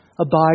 abide